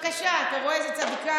בבקשה, אתה רואה איזו צדיקה?